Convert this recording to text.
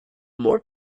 more